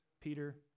Peter